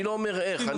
אני לא אומר איך.